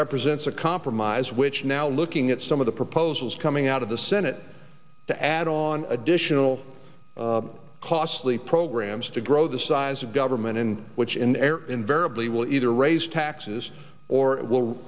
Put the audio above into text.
represents a compromise which now looking at some of the proposals coming out of the senate to add on additional costly programs to grow the size of government and which in air invariably will either raise taxes or